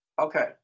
okay